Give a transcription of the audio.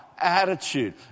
attitude